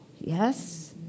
yes